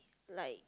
like